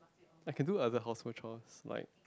I can do other household chores like